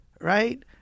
right